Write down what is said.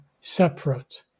separate